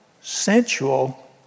sensual